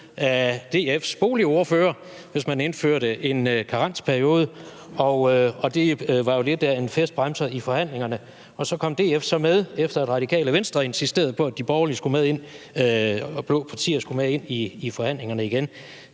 af DF's boligordfører, hvis man indførte en karensperiode, og det var jo lidt af en festbremser i forhandlingerne. Så kom DF så med, efter at Radikale Venstre insisterede på, at de borgerlige og de blå partier skulle med ind i forhandlingerne igen.